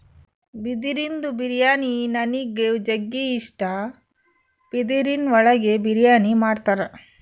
ಬಿದಿರಿಂದು ಬಿರಿಯಾನಿ ನನಿಗ್ ಜಗ್ಗಿ ಇಷ್ಟ, ಬಿದಿರಿನ್ ಒಳಗೆ ಬಿರಿಯಾನಿ ಮಾಡ್ತರ